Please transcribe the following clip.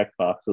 checkboxes